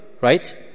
Right